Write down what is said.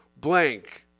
blank